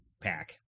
pack